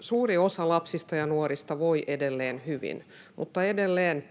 Suuri osa lapsista ja nuorista voi edelleen hyvin, mutta edelleen